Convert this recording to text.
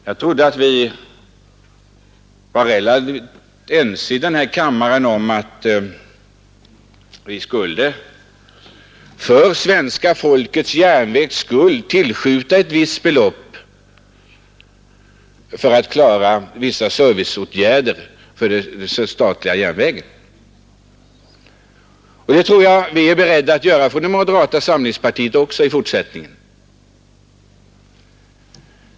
Jag trodde att vi var relativt ense i denna kammare om att vi måste för svenska folkets järnvägs skull tillskjuta ett visst belopp för att klara vissa serviceåtgärder, och det tror jag vi i moderata samlingspartiet är beredda att göra också i fortsättningen.